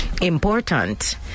important